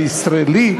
הישראלי,